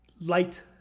light